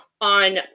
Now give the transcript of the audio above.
on